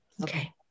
Okay